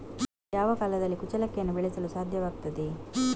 ಯಾವ ಕಾಲದಲ್ಲಿ ಕುಚ್ಚಲಕ್ಕಿಯನ್ನು ಬೆಳೆಸಲು ಸಾಧ್ಯವಾಗ್ತದೆ?